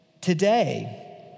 today